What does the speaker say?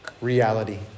reality